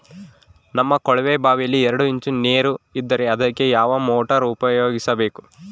ನಮ್ಮ ಕೊಳವೆಬಾವಿಯಲ್ಲಿ ಎರಡು ಇಂಚು ನೇರು ಇದ್ದರೆ ಅದಕ್ಕೆ ಯಾವ ಮೋಟಾರ್ ಉಪಯೋಗಿಸಬೇಕು?